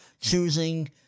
choosing